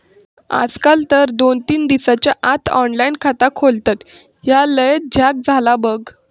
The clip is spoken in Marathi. आजकाल तर दोन तीन दिसाच्या आत ऑनलाइन खाता खोलतत, ह्या लयच झ्याक झाला बघ